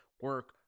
Work